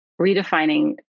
redefining